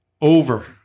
over